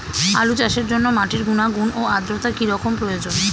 আলু চাষের জন্য মাটির গুণাগুণ ও আদ্রতা কী রকম প্রয়োজন?